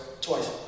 Twice